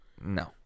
no